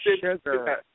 sugar